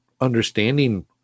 understanding